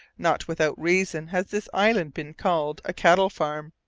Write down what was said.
not without reason has this island been called a cattle farm.